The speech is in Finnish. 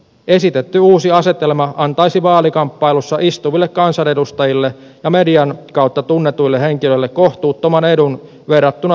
esitetty uusi asetelma antaisi vaalikamppailussa istuville kansanedustajille ja median kautta tunnetuille henkilöille kohtuuttoman edun verrattuna tuntemattomampiin poliitikkoihin